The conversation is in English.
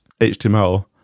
HTML